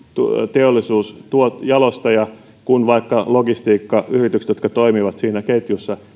teollisuus jalostaja kuin vaikka logistiikkayritykset jotka toimivat siinä ketjussa